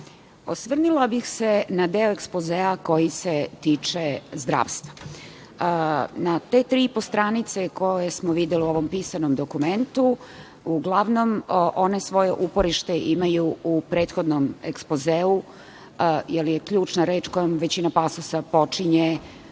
Hvala. Osvrnula bih se na deo ekspozea koji se tiče zdravstva. Na te tri i po stranice, koje smo videli u ovom pisanom dokumentu, uglavnom one svoje uporište imaju u prethodnom ekspozeu, jer je ključna reč kojom većina pasusa počinje